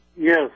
Yes